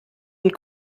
und